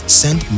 send